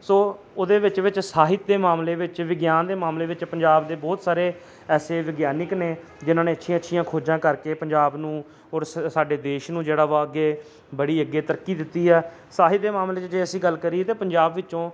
ਸੋ ਉਹਦੇ ਵਿੱਚ ਵਿੱਚ ਸਾਹਿਤ ਦੇ ਮਾਮਲੇ ਵਿੱਚ ਵਿਗਿਆਨ ਦੇ ਮਾਮਲੇ ਵਿੱਚ ਪੰਜਾਬ ਦੇ ਬਹੁਤ ਸਾਰੇ ਐਸੇ ਵਿਗਿਆਨਿਕ ਨੇ ਜਿਹਨਾਂ ਨੇ ਅੱਛੀਆਂ ਅੱਛੀਆਂ ਖੋਜਾਂ ਕਰਕੇ ਪੰਜਾਬ ਨੂੰ ਔਰ ਸ ਸਾਡੇ ਦੇਸ਼ ਨੂੰ ਜਿਹੜਾ ਵਾ ਅੱਗੇ ਬੜੀ ਅੱਗੇ ਤਰੱਕੀ ਦਿੱਤੀ ਆ ਸਾਹਿਤ ਦੇ ਮਾਮਲੇ 'ਚ ਜੇ ਅਸੀਂ ਗੱਲ ਕਰੀਏ ਤਾਂ ਪੰਜਾਬ ਵਿੱਚੋਂ